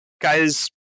guys